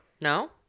No